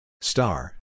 Star